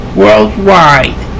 worldwide